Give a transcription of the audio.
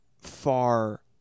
far